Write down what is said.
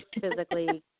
physically